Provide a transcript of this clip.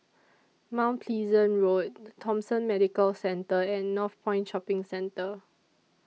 Mount Pleasant Road Thomson Medical Centre and Northpoint Shopping Centre